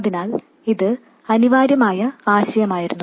അതിനാൽ ഇത് അനിവാര്യമായ ആശയമായിരുന്നു